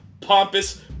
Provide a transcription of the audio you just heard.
pompous